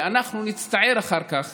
ואנחנו נצטער אחר כך